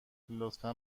لطفا